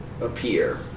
appear